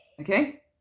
okay